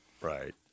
right